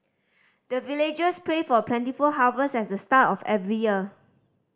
the villagers pray for plentiful harvest at the start of every year